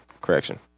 correction